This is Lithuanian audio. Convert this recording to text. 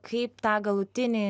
kaip tą galutinį